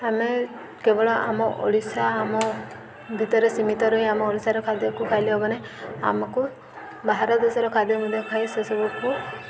ଆମେ କେବଳ ଆମ ଓଡ଼ିଶା ଆମ ଭିତରେ ସୀମିତ ରହି ଆମ ଓଡ଼ିଶାର ଖାଦ୍ୟକୁ ଖାଇଲେ ହେବ ନାହିଁ ଆମକୁ ବାହାର ଦେଶର ଖାଦ୍ୟ ମଧ୍ୟ ଖାଇ ସେସବୁକୁ